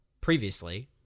previously